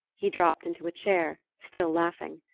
he dropped into a chair, still laughing.